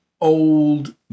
old